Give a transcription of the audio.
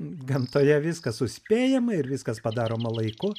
gamtoje viskas suspėjama ir viskas padaroma laiku